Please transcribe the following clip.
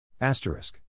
Asterisk